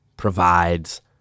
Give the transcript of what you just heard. provides